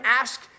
ask